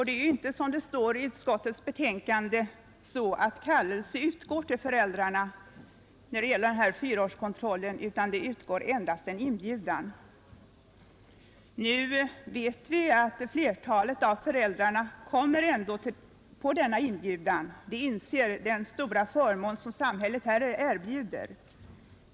Det är inte så som det står i utskottets betänkande att kallelse till denna fyraårskontroll utgår till föräldrarna; det utgår endast en inbjudan, Vi vet emellertid att flertalet av föräldrarna hörsammar denna inbjudan, eftersom de inser värdet av den stora förmån som samhället här erbjuder.